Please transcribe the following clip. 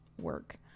work